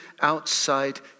outside